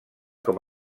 com